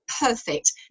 perfect